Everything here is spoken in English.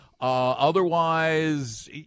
Otherwise